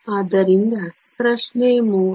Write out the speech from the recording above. ಆದ್ದರಿಂದ ಪ್ರಶ್ನೆ 3